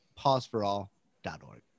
pauseforall.org